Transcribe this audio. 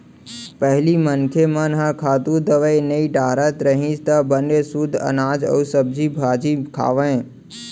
पहिली मनखे मन ह खातू, दवई नइ डारत रहिस त बने सुद्ध अनाज अउ सब्जी भाजी खावय